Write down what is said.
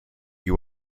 you